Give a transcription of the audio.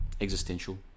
existential